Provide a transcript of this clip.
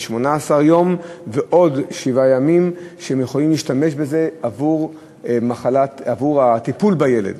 18 ימים ועוד שבעה ימים שהם יכולים להשתמש בהם עבור הטיפול בילד.